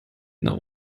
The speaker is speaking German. nach